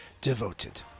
devoted